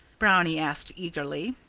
brownie asked eagerly.